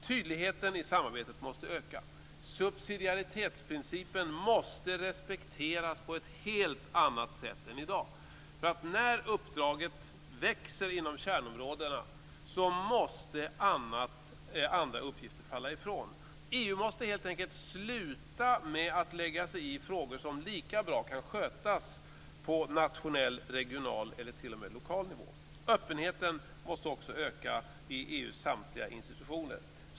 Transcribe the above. Tydligheten i samarbetet måste öka. Subsidiaritetsprincipen måste respekteras på ett helt annat sätt än i dag. När uppdraget växer inom kärnområdena måste andra uppgifter falla ifrån. EU måste helt enkelt sluta lägga sig i frågor som lika bra kan skötas på nationell, regional eller t.o.m. lokal nivå. Öppenheten måste också öka inom EU:s samtliga institutioner.